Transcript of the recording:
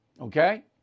okay